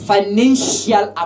Financial